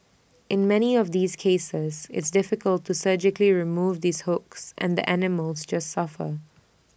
in many of these cases it's difficult to surgically remove these hooks and the animals just suffer